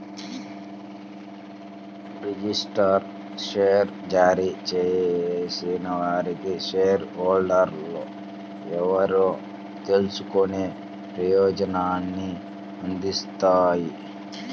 registered share జారీ చేసేవారికి share హోల్డర్లు ఎవరో తెలుసుకునే ప్రయోజనాన్ని అందిస్తాయి